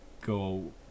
go